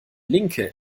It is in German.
linke